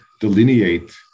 delineate